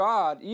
God